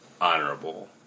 honorable